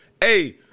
Hey